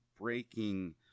breaking